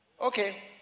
Okay